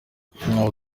ntawe